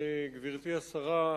גברתי השרה,